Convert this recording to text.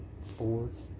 fourth